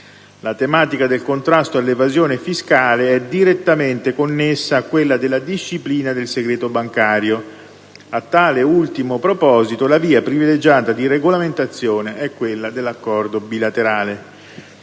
La tematica del contrasto all'evasione fiscale è direttamente connessa a quella della disciplina del segreto bancario. A tale ultimo proposito, la via privilegiata di regolamentazione è quella dell'Accordo bilaterale.